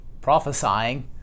prophesying